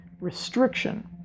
restriction